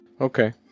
Okay